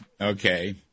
okay